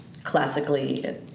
classically